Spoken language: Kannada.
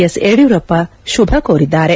ಎಸ್ ಯಡಿಯೂರಪ್ಪ ಶುಭ ಕೋರಿದ್ದಾರೆ